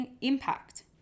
impact